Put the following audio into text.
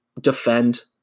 defend